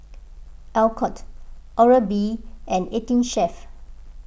Alcott Oral B and eighteen Chef